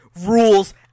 rules